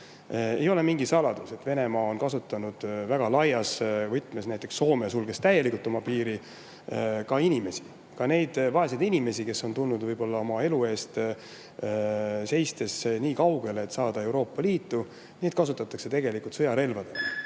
Ei ole mingi saladus, et Venemaa on kasutanud väga laias võtmes – näiteks Soome sulges [sel põhjusel] oma piiri täielikult – ka neid vaeseid inimesi, kes on tulnud võib-olla oma elu eest seistes nii kaugele, et saada Euroopa Liitu. Neid kasutatakse tegelikult sõjarelvadena.